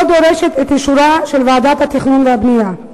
דורשת את אישורה של ועדת התכנון והבנייה.